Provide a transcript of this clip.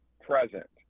present